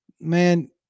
man